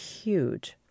huge